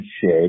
shape